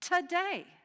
today